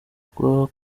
kwanjye